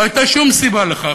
לא הייתה שום סיבה לכך,